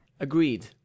agreed